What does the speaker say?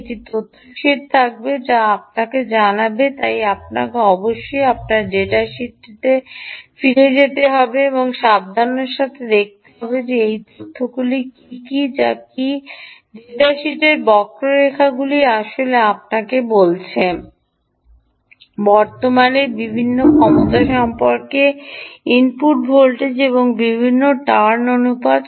একটি তথ্য শীট থাকবে যা আপনাকে জানাবে তাই আপনাকে অবশ্যই আপনার ডেটা শিটটিতে ফিরে যেতে হবে এবং সাবধানতার সাথে দেখতে হবে সেই তথ্যগুলি কী তা কী যা ডেটা শিটের বক্ররেখাগুলি আসলে আপনাকে বলছে বর্তমানের বিভিন্ন ক্ষমতা সম্পর্কে ইনপুট ভোল্টেজ এবং বিভিন্ন অনুপাত